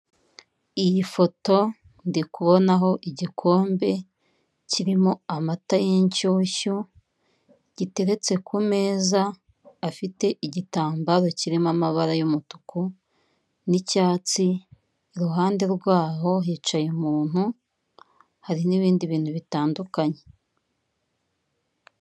Iyi foto ndikubonaho igikombe kirimo amata y'inshyushyu giteretse ku meza afite igitambaro kirimo amabara y'umutuku n'icyatsi, iruhande rwaho hicaye umuntu, hari n'ibindi bintu bitandukanye.